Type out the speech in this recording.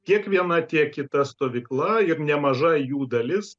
tiek viena tiek kita stovykla ir nemaža jų dalis